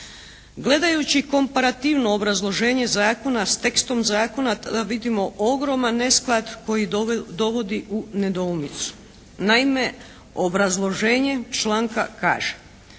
Gledajući komparativno obrazloženje zakona s tekstom zakona tada vidimo ogroman nesklad koji dovodi u nedoumicu. Naime, obrazloženje članka kaže,